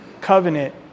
covenant